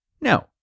No